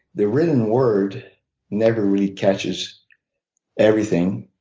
the written word never really catches everything